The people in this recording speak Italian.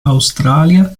australia